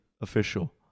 official